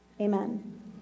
Amen